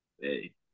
Hey